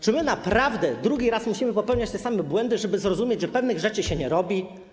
Czy my naprawdę drugi raz musimy popełniać te same błędy, żeby zrozumieć, że pewnych rzeczy się nie robi?